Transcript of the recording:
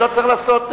לא צריך לעשות,